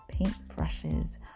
paintbrushes